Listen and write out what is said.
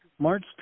March